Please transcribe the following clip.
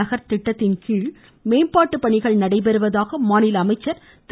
நகரத்திட்டத்தின்கீழ் மேம்பாட்டு பணிகள் நடைபெறுவதாக மாநில அமைச்சர் திரு